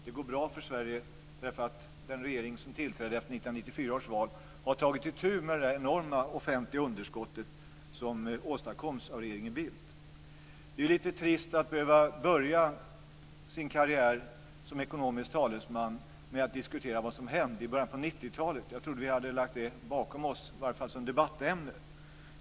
Det går bra för Sverige därför att den regering som tillträdde efter 1994 års val har tagit itu med det enorma offentliga underskott som åstadkoms av regeringen Det är lite trist att behöva börja sin karriär som ekonomisk talesman med att diskutera vad som hände i början på 90-talet. Jag trodde att vi hade lagt det bakom oss, i varje fall som debattämne.